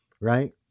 Right